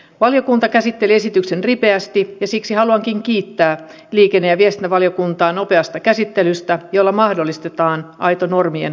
valiokunta käsitteli esityksen ripeästi ja siksi haluankin kiittää liikenne ja viestintävaliokuntaa nopeasta käsittelystä jolla mahdollistetaan aito normien purkaminen